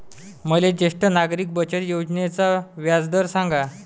मले ज्येष्ठ नागरिक बचत योजनेचा व्याजदर सांगा